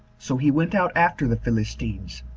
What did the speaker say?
so he went out after the philistines,